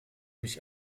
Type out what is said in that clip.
mich